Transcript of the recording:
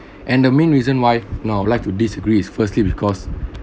and the main reason why now I would like to disagree is firstly because